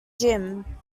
gym